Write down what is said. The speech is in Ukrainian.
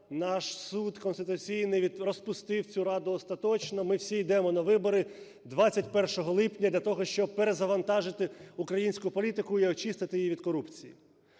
наш Суд Конституційний розпустив цю Раду остаточно. Ми всі йдемо на вибори 21 липня для того, щоб перезавантажити українську політику і очистити її від корупції.